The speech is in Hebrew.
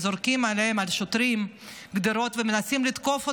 זורקים על השוטרים גדרות ומנסים לתקוף אותם.